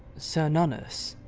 cernunnos.